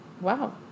Wow